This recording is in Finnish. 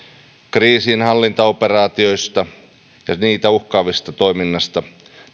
kriisinhallintaoperaatioista ja niitä uhkaavasta toiminnasta